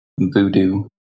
voodoo